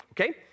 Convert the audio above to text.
Okay